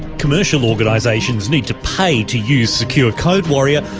commercial organisations need to pay to use secure code warrior,